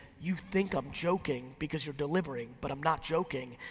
you think i'm joking because you're delivering, but i'm not joking,